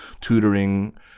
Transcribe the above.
tutoring